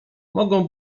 mogą